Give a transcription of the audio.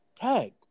Tag